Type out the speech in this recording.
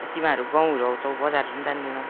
तिमाहरू गाउँहरू आउँछौ बजारहरू पनि जाँदैनौ